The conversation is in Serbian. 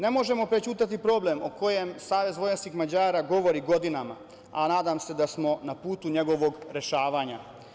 Ne možemo prećutati problem o kojem SVM govori godinama, a nadam se da smo na putu njegovog rešavanja.